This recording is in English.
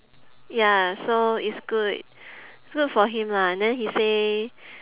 ya so it's good it's good for him lah and then he say